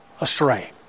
astray